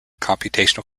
computational